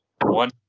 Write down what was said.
one